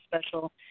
special